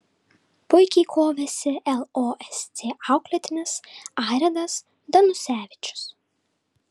puikiai kovėsi losc auklėtinis airidas danusevičius